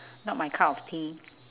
not my cup of tea